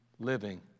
living